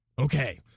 Okay